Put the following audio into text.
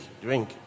drink